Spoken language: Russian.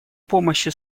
помощи